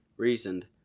Reasoned